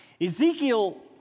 Ezekiel